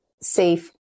safe